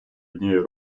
однією